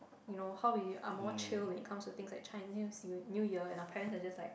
you know how we are more chill when it comes to things like Chinese New Year and your parents are just like